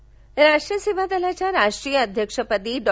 गणेश देवी राष्ट्र सेवा दलाच्या राष्ट्रीय अध्यक्षपदी डॉ